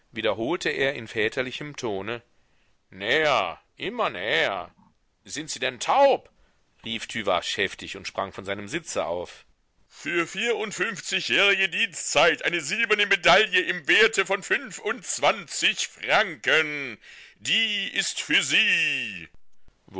wiederholte er in väterlichem tone näher immer näher sind sie denn taub rief tüvache heftig und sprang von seinem sitze auf für vierundfünfzigjährige dienstzeit eine silberne medaille im werte von fünfundzwanzig franken die ist für sie